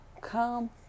come